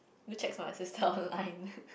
do checks on my sister online